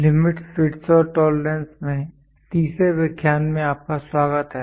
limits fits और tolerance में तीसरे व्याख्यान में आपका स्वागत है